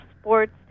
sports